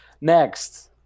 Next